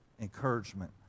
encouragement